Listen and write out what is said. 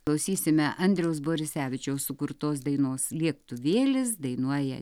klausysime andriaus borisevičiaus sukurtos dainos lėktuvėlis dainuoja